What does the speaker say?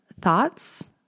thoughts